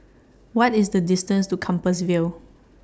What IS The distance to Compassvale